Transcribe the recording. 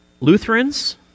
Lutherans